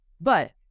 But-